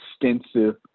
extensive